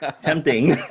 tempting